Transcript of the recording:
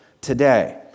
today